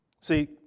See